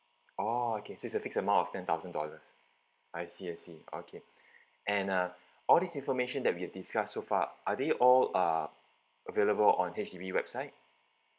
okay so it's a fixed amount of ten thousand dollars I see I see okay and uh all this information that we've discussed so far are they all uh available on H_D_B website